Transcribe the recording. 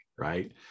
right